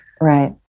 Right